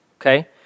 okay